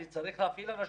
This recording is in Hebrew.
אני צריך להפעיל אנשים,